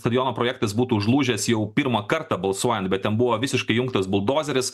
stadiono projektas būtų užlūžęs jau pirmą kartą balsuojant bet tem buvo visiškai jungtas buldozeris